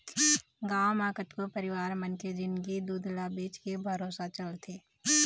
गांव म कतको परिवार मन के जिंनगी दूद ल बेचके भरोसा चलथे